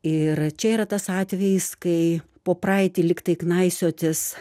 ir čia yra tas atvejis kai po praeitį lygtai knaisiotis